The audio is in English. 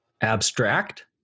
abstract